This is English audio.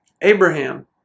Abraham